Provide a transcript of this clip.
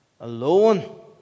alone